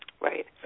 Right